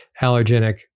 allergenic